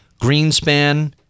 Greenspan